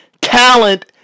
talent